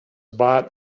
bought